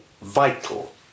vital